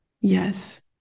Yes